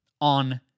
on